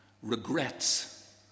Regrets